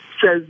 says